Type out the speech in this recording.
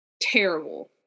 terrible